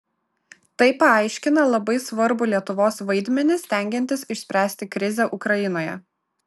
tai paaiškina labai svarbų lietuvos vaidmenį stengiantis išspręsti krizę ukrainoje